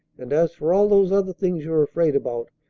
and as for all those other things you are afraid about,